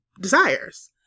desires